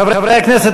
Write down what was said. חברי הכנסת,